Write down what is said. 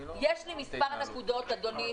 אדוני,